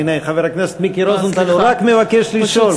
הנה, חבר הכנסת מיקי רוזנטל רק מבקש לשאול.